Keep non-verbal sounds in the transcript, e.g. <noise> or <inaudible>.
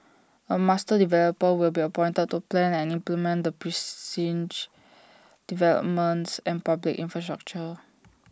A master developer will be appointed to plan and implement the precinct's <noise> developments and public infrastructure